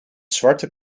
zwarte